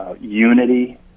unity